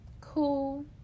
cool